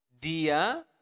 Dia